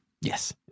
Yes